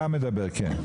מדבר כן,